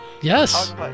Yes